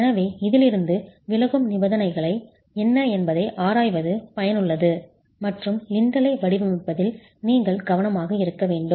எனவே இதிலிருந்து விலகும் நிபந்தனைகள் என்ன என்பதை ஆராய்வது பயனுள்ளது மற்றும் லிண்டலை வடிவமைப்பதில் நீங்கள் கவனமாக இருக்க வேண்டும்